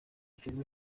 kiyovu